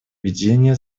ведения